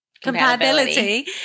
compatibility